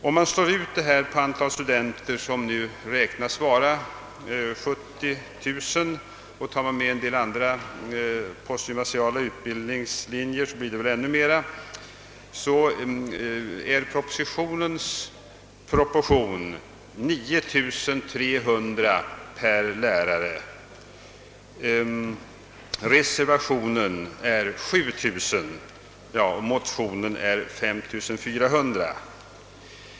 Om man slår ut detta på antalet studenter, vilka beräknas uppgå till 40000 — medtar man en del andra postgymnasiala utbildningslinjer blir det ännu mera — utgör proportionen enligt propositionen 9300 per lärare, enligt reservationen 7000 och enligt motionen 5 400.